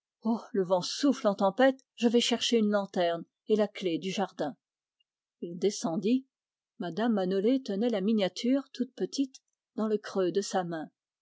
le vent souffle en tempête je vais chercher une lanterne et la clef du jardin il descendit mme manolé tenait la miniature toute petite dans le creux de sa main